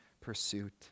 pursuit